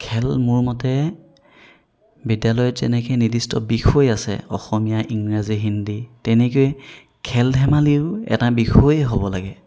খেল মোৰ মতে বিদ্যালয়ত যেনেকৈ নিদিৰ্ষ্ট বিষয় আছে অসমীয়া ইংৰাজী হিন্দী তেনেকৈ খেল ধেমালিয়ো এটা বিষয় হ'ব লাগে